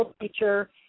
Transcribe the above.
teacher